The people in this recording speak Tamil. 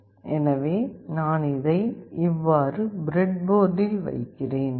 எனவே நான் இதை இவ்வாறு பிரெட்போர்டில் வைக்கிறேன்